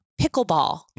pickleball